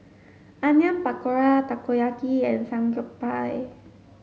Onion Pakora Takoyaki and Samgeyopsal